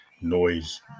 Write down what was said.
noise